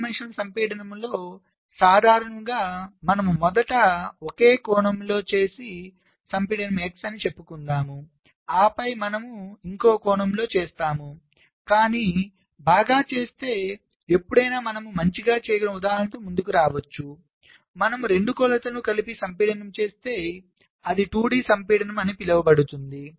1డి సంపీడనంలో సాధారణంగా మనము మొదట ఒక కోణంలో చేసే సంపీడనం x అని చెప్పుకుందాం ఆపై మనము ఇంకొక కోణంలో చేస్తాము కానీ బాగా చేస్తే ఎప్పుడైనా మనము మంచిగా చేయగలిగిన ఉదాహరణలతో ముందుకు రావచ్చు మనము రెండు కొలతలు కలిపి సంపీడనం చేస్తే అది 2d సంపీడనం అని పిలువబడుతుంది